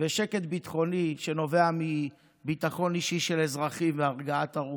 ושקט ביטחוני שנובע מביטחון אישי של אזרחים והרגעת הרוחות,